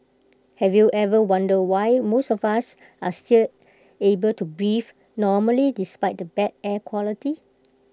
have you ever wondered why most of us are still able to breathe normally despite the bad air quality